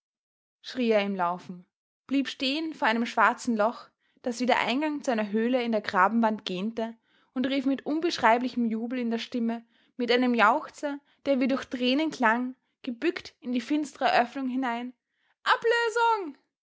er im laufen blieb stehen vor einem schwarzen loch das wie der eingang zu einer höhle in der grabenwand gähnte und rief mit unbeschreiblichem jubel in der stimme mit einem jauchzer der wie durch tränen klang gebückt in die finstere öffnung hinein ablösung